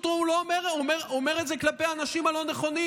הוא פשוט אומר את זה כלפי האנשים הלא-נכונים.